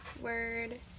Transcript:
word